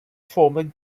former